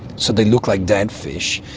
so they looked like dead fish.